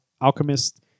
Alchemist